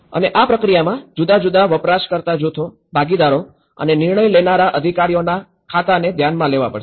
અને આ પ્રક્રિયામાં જુદા જુદા વપરાશકર્તા જૂથો ભાગીદારો અને નિર્ણય લેનારા અધિકારીઓના ખાતાને ધ્યાનમાં લેવા પડશે